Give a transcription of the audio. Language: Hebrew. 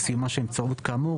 וסיומה של נבצרות כאמור,